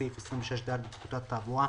סעיף 26(ד) לפקודת התעבורה,